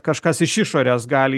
kažkas iš išorės gali